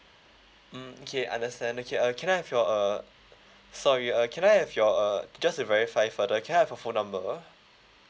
mm okay understand okay uh can I have your uh sorry uh can I have your uh just to verify further can I have your phone number